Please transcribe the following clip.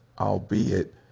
albeit